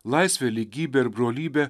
laisvė lygybė ir brolybė